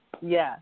Yes